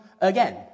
again